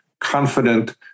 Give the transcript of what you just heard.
confident